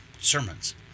sermons